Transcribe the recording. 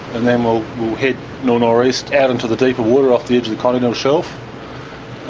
and then we'll head nor'-nor'-east out into the deeper water off the edge of the continental shelf